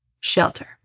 shelter